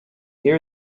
here